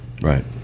Right